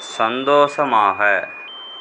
சந்தோஷமாக